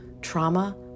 trauma